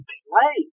play